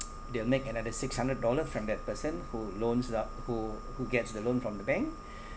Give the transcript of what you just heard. they'll make another six hundred dollar from that person who loans that who who gets the loan from the bank